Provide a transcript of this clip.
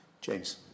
James